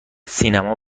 سینما